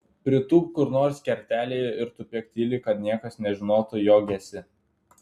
pritūpk kur nors kertelėje ir tupėk tyliai kad niekas nežinotų jog esi